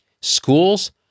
schools